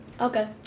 Okay